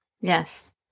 yes